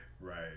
right